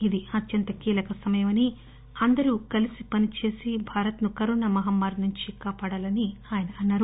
ఇది అత్యంత కీలక సమయమని అందరూ కలిసి పనిచేసి భారత్ కరోనా మహమ్మారి నుంచి కాపాడాలని ఆయన అన్సారు